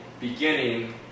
beginning